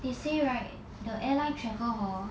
they say right the airline travel hor